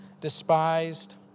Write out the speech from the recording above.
despised